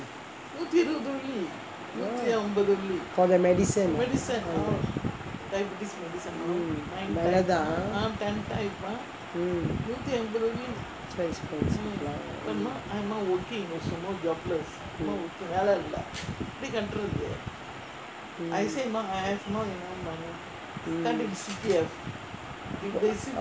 for the medicine ah mm வெலதா: velatha so expensive lah mm